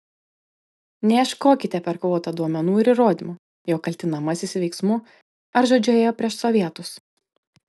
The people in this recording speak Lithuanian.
neieškokite per kvotą duomenų ir įrodymų jog kaltinamasis veiksmu ar žodžiu ėjo prieš sovietus